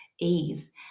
ease